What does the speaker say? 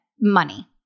money